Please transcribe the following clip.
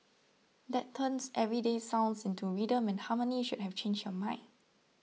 that turns everyday sounds into rhythm and harmony should have changed your mind